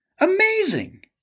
Amazing